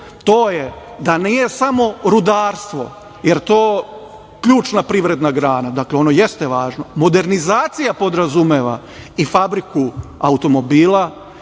to je da nije samo rudarstvo, jel to ključna privredna grana, dakle, ono jeste važno, modernizacija podrazumeva i fabriku automobila